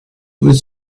with